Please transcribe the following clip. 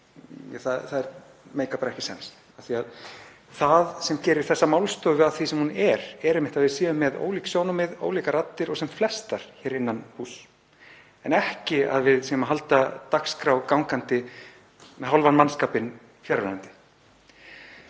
bara ekki sens, því það sem gerir þessa málstofu að því sem hún er, er einmitt að við séum með ólík sjónarmið, ólíkar raddir og sem flestar hér innan húss en ekki að við séum að halda dagskrá gangandi með hálfan mannskapinn fjarverandi.